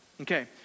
Okay